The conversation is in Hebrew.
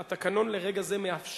התקנון נכון לרגע זה מאפשר